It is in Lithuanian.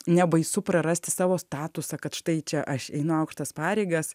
nebaisu prarasti savo statusą kad štai čia aš einu aukštas pareigas